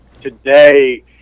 today